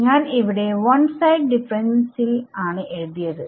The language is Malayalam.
ഞാൻ ഇവിടെ 1 സൈഡ് ഡിഫറെൻസിൽ ആണ് എഴുതിയത്